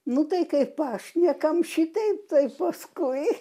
nu tai kaip aš niekam šitai taip paskui